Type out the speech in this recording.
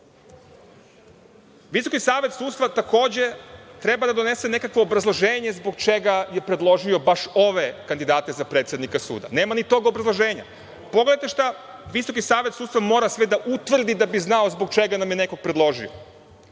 znamo. Visoki savet sudstva takođe treba da donese nekakvo obrazloženje zbog čega je predložio baš ove kandidate za predsednike suda. Nema ni tog obrazloženja. Pogledajte šta Visoki savet sudstva mora sve da utvrdi da bi znao zbog čega nam je neko predložio.